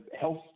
health